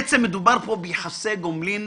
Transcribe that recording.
בעצם מדובר פה ביחסי גומלין